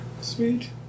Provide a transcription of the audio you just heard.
Sweet